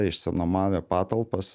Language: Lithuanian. išsinuomavę patalpas